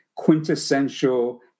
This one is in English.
quintessential